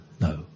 no